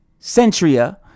centria